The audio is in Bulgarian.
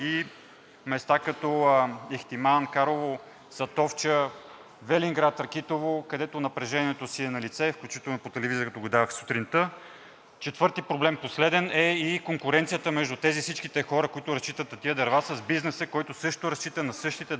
места като Ихтиман, Карлово, Сатовча, Велинград, Ракитово, където напрежението си е налице, включително и телевизиите го даваха сутринта. Четвърти проблем, последен, е и конкуренцията между всичките тези хора, които разчитат на тези дърва, с бизнеса, който също разчита на същите дърва.